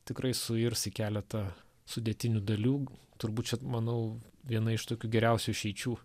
tikrai suirs į keletą sudėtinių dalių turbūt čia manau viena iš tokių geriausių išeičių